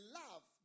love